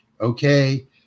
Okay